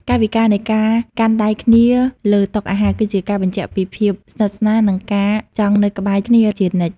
កាយវិការនៃការកាន់ដៃគ្នាលើតុអាហារ គឺជាការបញ្ជាក់ពីភាពស្និទ្ធស្នាល និងការចង់នៅក្បែរគ្នាជានិច្ច។